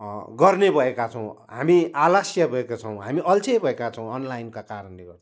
गर्ने भएका छौँ हामी आलस्य भएका छौँ हामी अल्छे भएका छौँ अनलाइनका कारणले गर्दा